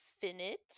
finite